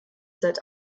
seit